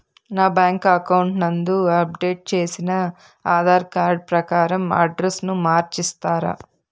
నా bank account నందు update చేసిన ఆధార్ కార్డు ప్రకారం అడ్రస్ ను మార్చిస్తారా?